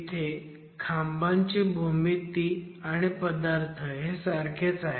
इथे खांबांची भूमिती आणि पदार्थ हे सारखेच आहेत